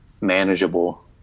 manageable